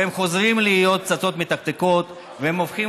והם חוזרים להיות פצצות מתקתקות והם הופכים